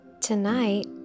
Tonight